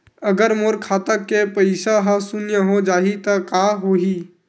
अगर मोर खाता के पईसा ह शून्य हो जाही त का होही?